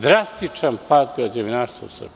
Drastičan pad građevinarstva u Srbiji.